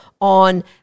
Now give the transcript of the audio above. on